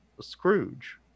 Scrooge